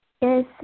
yes